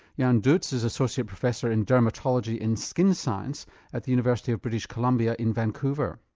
yeah and dutz is associate professor in dermatology and skin science at the university of british columbia in vancouver.